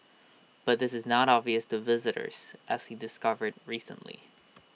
but this is not obvious to visitors as he discovered recently